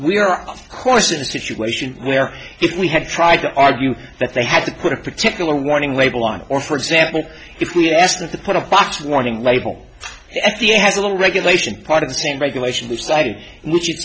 we are of course in a situation where if we had tried to argue that they had to put a particular warning label on or for example if we asked them to put a box warning label f d a has a little regulation part of the team regulation to say which is